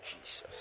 Jesus